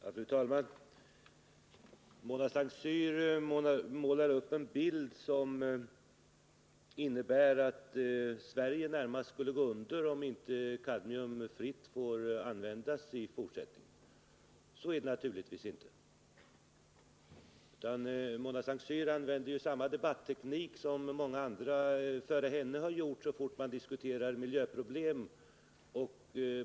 Fru talman! Mona S:t Cyr målar upp en bild som innebär att Sverige närmast skulle gå under om inte kadmium fritt får användas i fortsättningen. Så är det naturligtvis inte. Mona S:t Cyr använde ju samma debatteknik som många före henne har tillämpat så fort man diskuterat miljöproblem.